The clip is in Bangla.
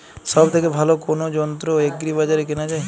সব থেকে ভালো কোনো যন্ত্র এগ্রি বাজারে কেনা যায়?